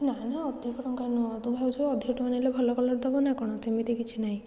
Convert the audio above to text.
ନା ନା ଅଧିକ ଟଙ୍କା ନୁହଁ ତୁ ଭାବୁଛୁ ଅଧିକ ଟଙ୍କା ନେଲେ ଭଲ କଲର ଦବ ନା କ'ଣ ସେମିତି କିଛି ନାହିଁ